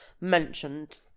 mentioned